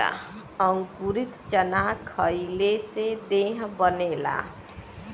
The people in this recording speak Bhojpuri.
अंकुरित चना खईले से देह बनेला